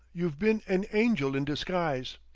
you've been an angel in disguise!